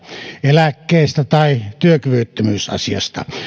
eläkkeestä tai työkyvyttömyysasiasta